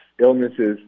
illnesses